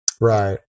Right